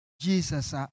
Jesus